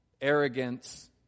arrogance